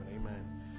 Amen